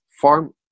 farm